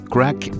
Crack